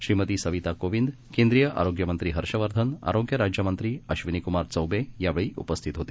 श्रीमतीसविताकोविंद केंद्रीयआरोग्यमंत्रीहर्षवर्धन आरोग्यराज्यमंत्रीअश्विनीकुमारचौबेयावेळीउपस्थितहोते